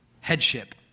Headship